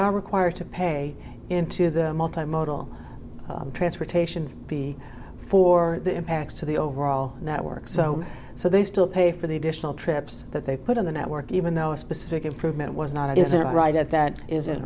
are required to pay into the multi modal transportation fee for the impacts to the overall network so so they still pay for the additional trips that they put on the network even though a specific improvement was not it isn't right at that is